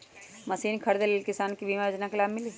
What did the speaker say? Machine खरीदे ले किसान के बीमा योजना के लाभ मिली?